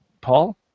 Paul